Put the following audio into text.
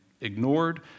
ignored